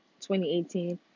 2018